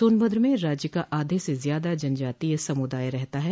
सोनभद्र में राज्य का आधे से ज्यादा जनजातीय समुदाय रहता है